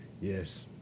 Yes